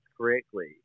correctly